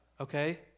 Okay